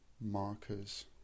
markers